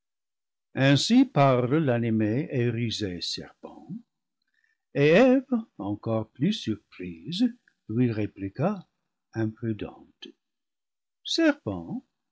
ainsi parle l'animé et rusé serpent et eve encore plus surprise lui répliqua imprudente